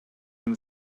миң